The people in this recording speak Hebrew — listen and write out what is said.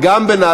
עד שחבר הכנסת